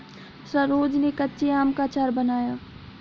सरोज ने कच्चे आम का अचार बनाया